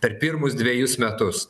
per pirmus dvejus metus